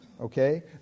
Okay